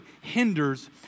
hinders